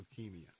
leukemia